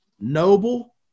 noble